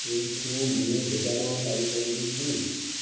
ଏଇଠୁ ମୁଁ ଯୋଗାଣ ପାଇ ପାରିବି କି